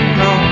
no